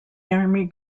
army